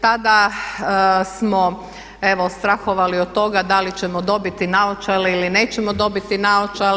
Tada smo evo strahovali od toga da li ćemo dobiti naočale ili nećemo dobiti naočale.